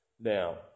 Now